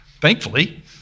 Thankfully